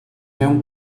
mewn